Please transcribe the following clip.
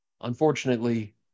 Unfortunately